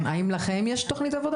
את הדברים השמחים פחות בחיים